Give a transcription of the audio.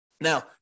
Now